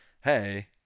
Hey